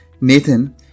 Nathan